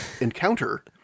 encounter